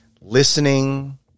listening